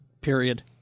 period